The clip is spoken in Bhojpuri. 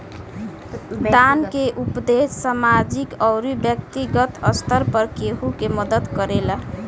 दान के उपदेस सामाजिक अउरी बैक्तिगत स्तर पर केहु के मदद करेला